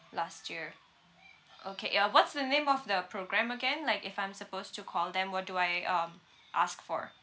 last year okay ya what's the name of the programme again like if I'm supposed to call them what do I um ask for